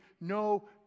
no